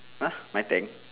!huh! my tank